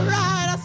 right